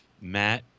Matt